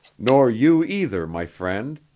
nor you either, my friend.